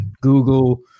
google